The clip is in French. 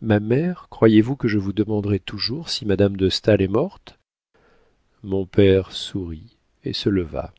ma mère croyez-vous que je vous demanderai toujours si madame de staël est morte mon père sourit et se leva